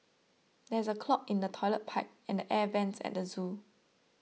there is a clog in the Toilet Pipe and the Air Vents at the zoo